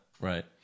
right